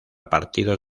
partidos